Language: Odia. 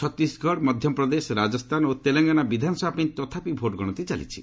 ଛତିଶଗଡ଼ ମଧ୍ୟପ୍ରଦେଶ ରାଜସ୍ଥାନ ଓ ତେଲେଙ୍ଗାନା ବିଧାନସଭା ପାଇଁ ତଥାପି ଭୋଟ୍ ଗଣତି ଚାଲିଛି